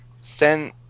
send